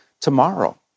tomorrow